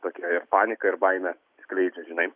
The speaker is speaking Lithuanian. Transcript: tokią ir paniką ir baimę skleidžia žinai